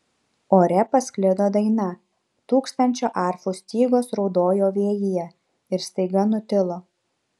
ore pasklido daina tūkstančio arfų stygos raudojo vėjyje ir staiga nutilo